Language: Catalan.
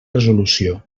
resolució